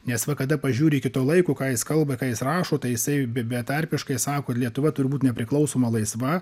nes va kada pažiūri iki to laiko ką jis kalba ką jis rašo tai jisai be betarpiškai sako kad lietuva turi būt nepriklausoma laisva